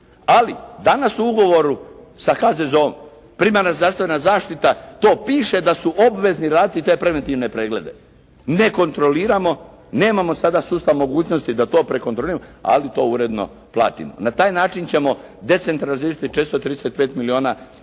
Ali danas u ugovoru sa HZZO-om primarna zdravstvena zaštita, to piše da su obvezni raditi te preventivne preglede. Ne kontroliramo, nemamo sada sustav mogućnosti da to prekontroliramo, ali to uredno platim. Na taj način ćemo decentralizirati 435 milijuna kuna